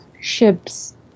ships